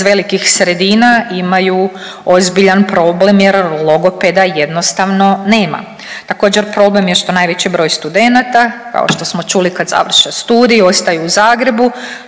velikih sredina imaju ozbiljan problem jer logopeda jednostavno nema. Također problem je što najveći broj studenata, kao što smo čuli kad završe studij ostaju u Zagrebu